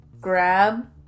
grab